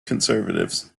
conservatives